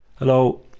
Hello